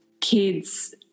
kids